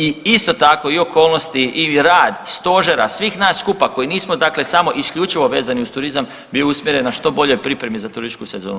I isto tako i okolnosti i rad Stožera, svih nas skupa koji nismo dakle samo isključivo vezani uz turizam, bio je usmjeren na što bolje pripreme za turističku sezonu.